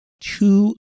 two